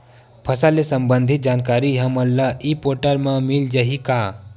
फसल ले सम्बंधित जानकारी हमन ल ई पोर्टल म मिल जाही का?